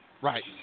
Right